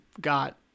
got